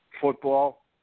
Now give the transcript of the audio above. football